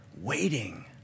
waiting